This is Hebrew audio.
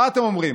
מה אתם אומרים,